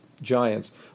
giants